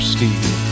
Steve